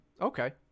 Okay